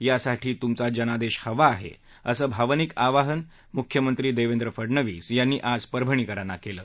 यासाठी तूमचा जनादेश हवा आहे असं भावनिक आवाहन मुख्यमंत्री देवेंद्र फडनवीस यांनी आज परभणीकरांना केलं